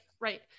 right